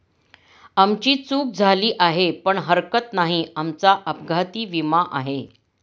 आमची चूक झाली आहे पण हरकत नाही, आमचा अपघाती विमा आहे